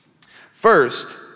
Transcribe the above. First